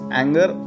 anger